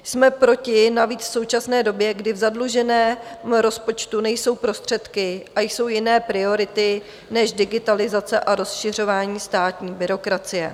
Jsme proti navíc v současné době, kdy v zadluženém rozpočtu nejsou prostředky a jsou jiné priority než digitalizace a rozšiřování státní byrokracie.